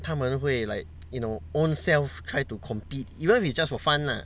他们会 like you know own self try to compete even if it's just for fun lah